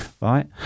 right